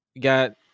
got